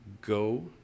go